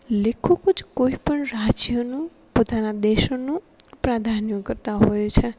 લેખકો જ કોઈપણ રાજ્યનો પોતાના દેશનો પ્રાધાન્ય કરતા હોય છે